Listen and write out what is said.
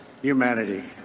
Humanity